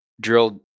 drilled